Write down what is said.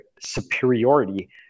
superiority